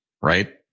right